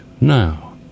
now